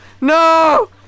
No